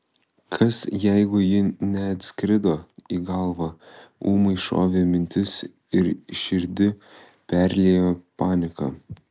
kas jeigu ji neatskrido į galvą ūmai šovė mintis ir širdį perliejo panika